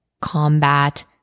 combat